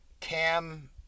cam